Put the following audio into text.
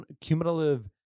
cumulative